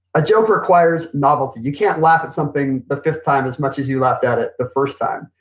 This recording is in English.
a joke requires novelty. you can't laugh at something the fifth time as much as you laughed at it the first time.